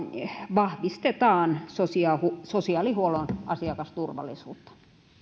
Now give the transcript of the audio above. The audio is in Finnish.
vahvistetaan sosiaalihuollon asiakasturvallisuutta